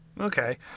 Okay